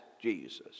Jesus